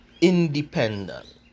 independent